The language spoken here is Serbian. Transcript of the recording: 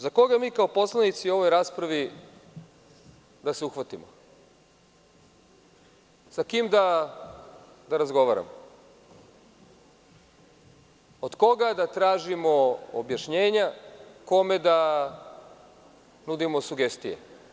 Za koga mi, kao poslanici, u ovoj raspravi da se uhvatimo, sa kim da razgovaramo, od koga da tražimo objašnjenja, kome da nudimo sugestije?